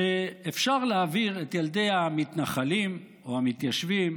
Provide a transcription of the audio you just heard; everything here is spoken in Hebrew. שאפשר להעביר את ילדי המתנחלים, או המתיישבים,